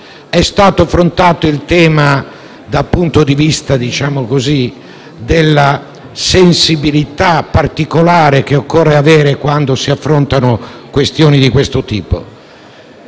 È stato affrontato il tema dal punto di vista della sensibilità particolare che occorre avere quando si affrontano questioni di questo tipo.